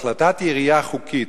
החלטת עירייה חוקית